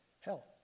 hell